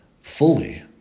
fully